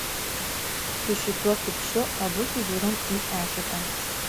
su šituo kipšu abu sužiurom į eketę